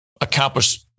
accomplish